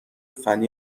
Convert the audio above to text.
فنی